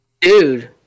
Dude